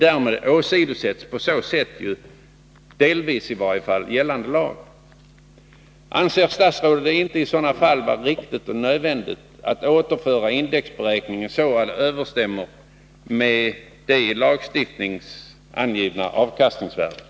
Därmed åsidosätts, i varje fall delvis, gällande lag. Anser statsrådet det inte i sådana fall riktigt och nödvändigt att återföra indexberäkningen så att den överensstämmer med det i lagstiftningen angivna avkastningsvärdet?